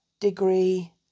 degree